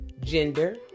gender